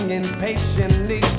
impatiently